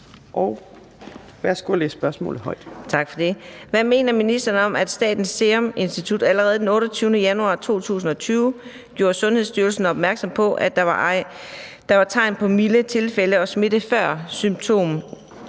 Hvad mener ministeren om at Statens Serum Institut allerede den 28. januar 2020 gjorde Sundhedsstyrelsen opmærksom på, at der var tegn på milde tilfælde og smitte før symptomdebut?